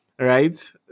right